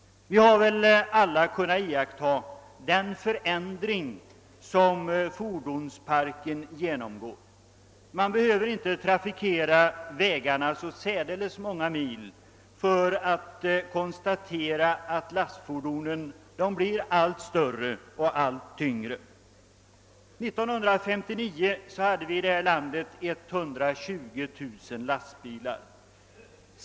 Vi har väl alla kunnat iaktta den förändring som fordonsparken genomgår. Man behöver inte trafikera vägarna särdeles många mil för att konstatera att lastfordonen blivit allt större och tyngre. 1959 hade vi här i landet 120 000 lastbilar.